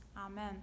Amen